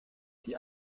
die